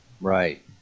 right